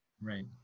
Right